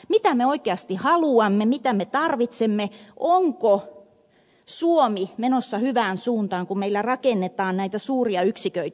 mitä me oikeasti haluamme mitä me tarvitsemme onko suomi menossa hyvään suuntaan kun meillä rakennetaan näitä suuria yksiköitä